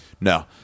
No